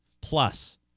plus